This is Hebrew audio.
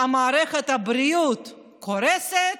מערכת הבריאות קורסת